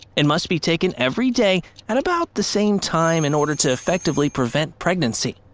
and must be taken every day, at about the same time in order to effectively prevent pregnancy.